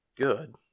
good